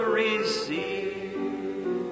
receive